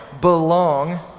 Belong